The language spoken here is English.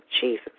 Jesus